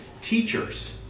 teachers